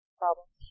problems